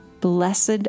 Blessed